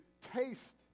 taste